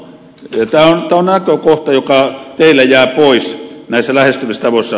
tämä on näkökohta joka teillä jää pois näissä lähestymistavoissa